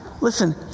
listen